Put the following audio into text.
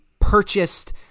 purchased